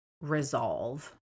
resolve